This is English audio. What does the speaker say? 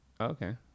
Okay